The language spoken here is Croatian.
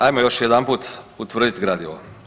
Ajmo još jedanput utvrdit gradivo.